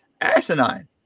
asinine